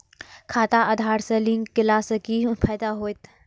खाता आधार से लिंक केला से कि फायदा होयत?